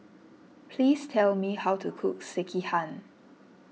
please tell me how to cook Sekihan